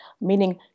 meaning